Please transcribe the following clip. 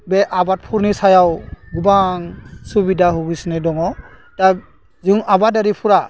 बे आबादफोरनि सायाव गोबां सुबिदा होगासिनो दङ दा जों आबादारिफोरा